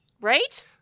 Right